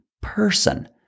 person